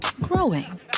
Growing